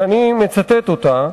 שאני מצטט אותה,